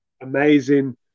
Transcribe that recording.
amazing